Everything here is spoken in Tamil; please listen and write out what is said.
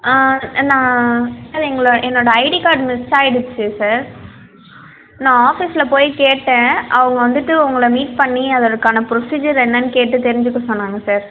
ஆ நான் சார் எங்களோட என்னோட ஐடி கார்டு மிஸ் ஆயிடுச்சு சார் நான் ஆஃபீஸில் போய் கேட்டேன் அவங்க வந்துவிட்டு உங்களை மீட் பண்ணி அதற்கான ப்ரொசீஜர் என்னன்னு கேட்டு தெரிஞ்சிக்க சொன்னாங்க சார்